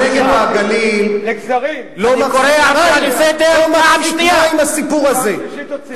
לא, תקשיב רגע.